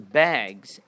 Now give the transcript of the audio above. bags